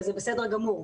וזה בסדר גמור.